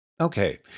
Okay